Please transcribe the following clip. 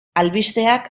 albisteak